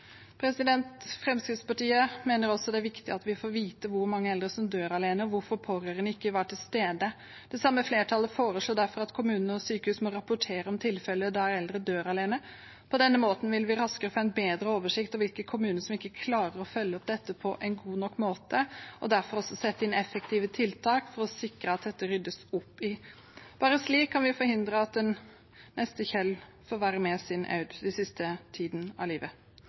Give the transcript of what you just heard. Fremskrittspartiet mener også det er viktig at vi får vite hvor mange eldre som dør alene, og hvorfor pårørende ikke var til stede. Det samme flertallet foreslår derfor at kommuner og sykehus må rapportere om tilfeller der eldre dør alene. På denne måten vil vi raskere få en bedre oversikt over hvilke kommuner som ikke klarer å følge opp dette på en god nok måte, og derfor også sette inn effektive tiltak for å sikre at dette ryddes opp i. Bare slik kan vi forhindre at den neste Kjell får være sammen med sin Aud den siste tiden av livet.